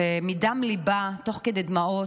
ומדם ליבה, תוך כדי דמעות,